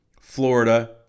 florida